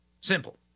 Simple